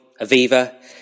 Aviva